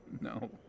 No